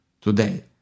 today